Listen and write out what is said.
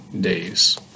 days